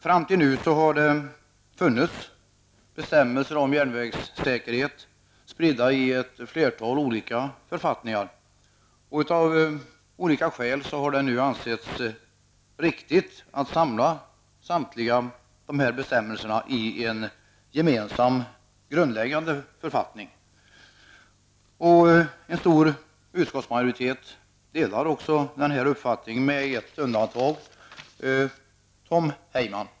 Fram till nu har det funnits bestämmelser om järnvägssäkerhet spridda i ett flertal olika författningar. Av olika skäl har det nu ansetts riktigt att samla samtliga dessa bestämmelser i en gemensam grundläggande författning. En stor utskottsmajoritet delar också denna uppfattning, med ett undantag, nämligen Tom Heyman.